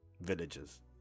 villages